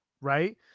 right